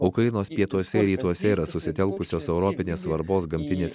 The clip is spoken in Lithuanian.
o ukrainos pietuose ir rytuose yra susitelkusios europinės svarbos gamtinės